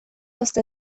uste